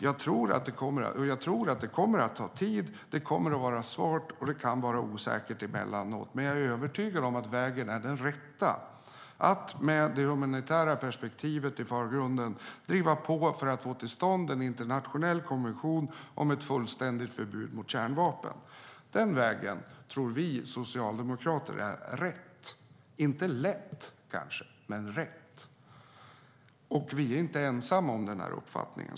Jag tror att det kommer att ta tid, att det kommer att vara svårt och att det kan vara osäkert emellanåt. Men jag är övertygad om att vägen är den rätta att med det humanitära perspektivet i förgrunden driva på för att få till stånd en internationell konvention om ett fullständigt förbud mot kärnvapen. Den vägen tror vi socialdemokrater är rätt - kanske inte lätt men rätt. Vi är inte ensamma om denna uppfattning.